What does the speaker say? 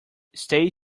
stay